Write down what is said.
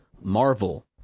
Marvel